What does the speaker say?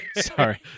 Sorry